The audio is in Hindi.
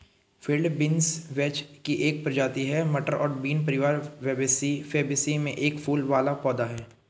फील्ड बीन्स वेच की एक प्रजाति है, मटर और बीन परिवार फैबेसी में एक फूल वाला पौधा है